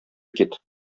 кит